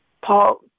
Paul